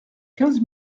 quinze